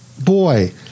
boy